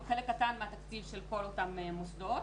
חלק קטן מהתקציב של כל אותם מוסדות,